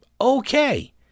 Okay